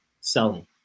selling